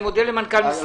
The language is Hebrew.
כל.